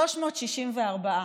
364,